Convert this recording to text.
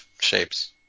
shapes